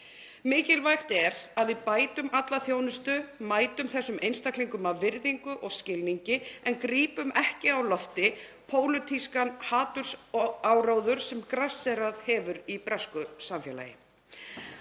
Mikilvægt er að við bætum alla þjónustu, mætum þessum einstaklingum af virðingu og skilningi en grípum ekki á lofti pólitískan hatursáróður sem grasserað hefur í bresku samfélagi.